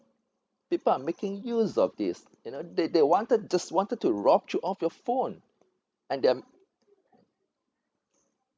people are making use of this you know they they wanted just wanted to rob you of your phone and they're